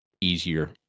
easier